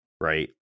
right